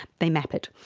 they map it.